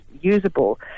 usable